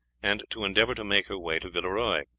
and to endeavour to make her way to villeroy.